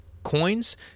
coins